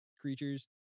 creatures